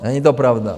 Není to pravda.